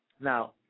Now